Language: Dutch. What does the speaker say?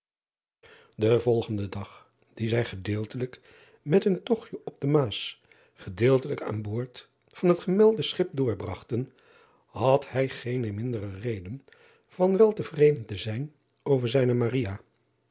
en volgenden dag dien zij gedeeltelijk met hun togtje op de aas gedeeltelijk aan boord van het gemelde schip doorbragten had hij geene mindere reden van wel te vreden te zijn over zijne